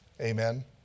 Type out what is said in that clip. Amen